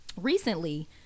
recently